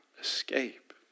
escape